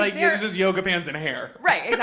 ah yeah it's just yoga pants and hair. right, yeah